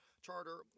charter